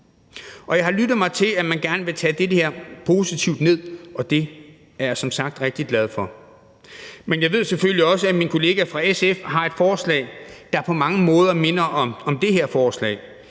Jeg har lyttet mig til, at man gerne vil tage det her positivt ned, og det er jeg som sagt rigtig glad for. Men jeg ved selvfølgelig også, at min kollega fra SF har et forslag, der på mange måder minder om det her forslag.